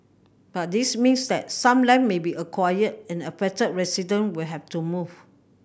but this means that some land may be acquired and affected resident will have to move